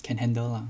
can handle lah